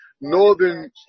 northern